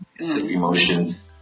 emotions